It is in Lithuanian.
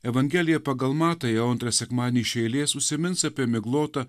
evangelija pagal matą jau antrą sekmadienį iš eilės užsimins apie miglotą